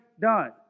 done